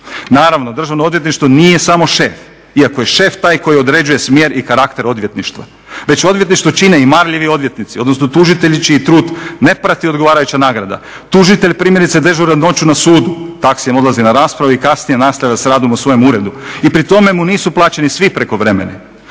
Naravno, DORH nije samo šef, iako je šef taj koji određuje smjer i karakter odvjetništva. Već odvjetništvo čine i marljivi odvjetnici, odnosno tužitelji čiji trud ne prati odgovarajuća nagrada. Tužitelj primjerice dežura noću na sudu, taksijem odlazi na raspravu i kasnije nastavlja s radom u svojem uredu. I pri tome mu nisu plaćeni svi prekovremeni.